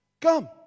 come